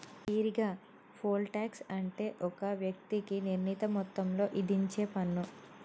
ఈరిగా, poll tax అంటే ఒక వ్యక్తికి నిర్ణీత మొత్తంలో ఇధించేపన్ను